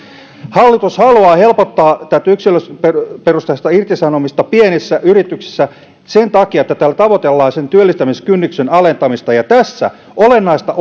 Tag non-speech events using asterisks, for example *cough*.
hallitus haluaa helpottaa tätä yksilöperusteista irtisanomista pienissä yrityksissä sen takia että tällä tavoitellaan työllistämiskynnyksen alentamista ja tässä olennaista *unintelligible*